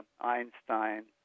Einstein